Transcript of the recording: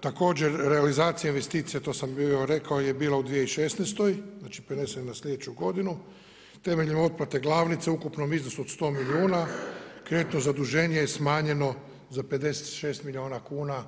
Također, realizacija investicija, to sam bio rekao je bila u 2016., znači preneseno je na slijedeću godinu temeljem otplate glavnice u ukupnom iznosu od 100 milijuna, kreditno zaduženje je smanjeno za 56 milijuna kuna